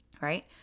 right